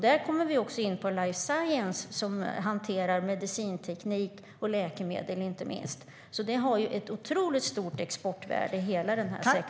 Då kommer vi också in på life science som hanterar medicinteknik och läkemedel inte minst. Hela denna sektor har ett otroligt stort exportvärde.